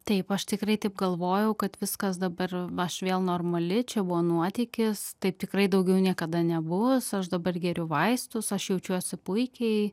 taip aš tikrai taip galvojau kad viskas dabar aš vėl normali čia buvo nuotykis taip tikrai daugiau niekada nebus aš dabar geriu vaistus aš jaučiuosi puikiai